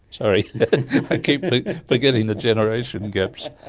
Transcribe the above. sorry. i keep forgetting the generation gaps!